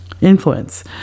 influence